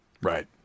Right